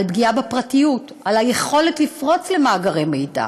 על פגיעה בפרטיות, על היכולת לפרוץ למאגרי מידע,